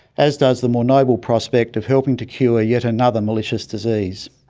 as does the more noble prospect of helping to cure yet another malicious disease.